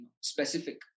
specific